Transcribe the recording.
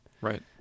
Right